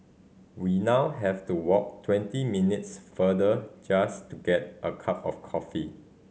we now have to walk twenty minutes further just to get a cup of coffee